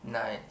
nice